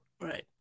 Right